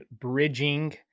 bridging